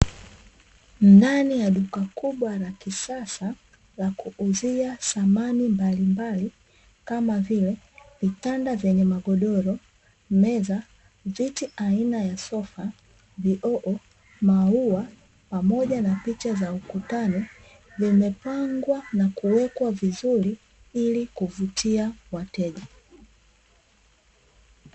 Ndani ya duka kubwa la kisasa la kuuzia samani mbalimbali, kama vile: vitanda vyenye magodoro, meza, viti aina ya sofa, vioo, maua pamoja na picha za ukutani vimepangwa na kuwekwa vizuri ili kuvutia wateja.